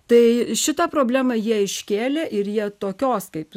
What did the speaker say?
tai šitą problemą jie iškėlė ir jie tokios kaip